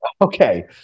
Okay